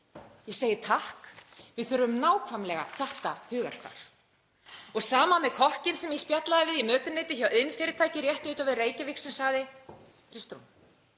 Ég segi: Takk, við þurfum nákvæmlega þetta hugarfar. Og sama með kokkinn sem ég spjallaði við í mötuneyti hjá iðnfyrirtæki rétt utan við Reykjavík sem sagði: Kristrún,